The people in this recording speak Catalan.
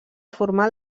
formar